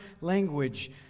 language